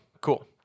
Cool